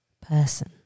person